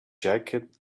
jacket